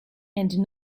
and